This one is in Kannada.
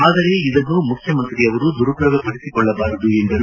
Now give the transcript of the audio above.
ಆದರೆ ಇದನ್ನು ಮುಖ್ಯಮಂತ್ರಿಯವರು ದುರುಪಯೋಗ ಪಡಿಸಿಕೊಳ್ಳಬಾರದು ಎಂದರು